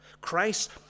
Christ